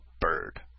bird